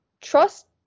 trust